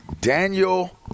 Daniel